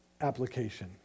application